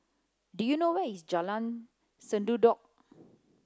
do you know where is Jalan Sendudok